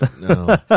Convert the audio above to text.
No